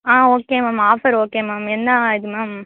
ஆ okay ma'am offer okay ma'am என்ன இது ma'am